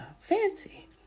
fancy